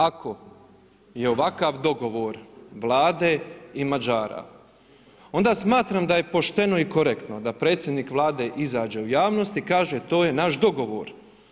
Ako je ovakav dogovor Vlade i Mađara, onda smatram da je pošteno i korektno da predsjednik Vlade izađe u javnost i kaže to je naš dogovor.